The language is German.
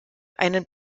einen